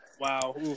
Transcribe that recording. Wow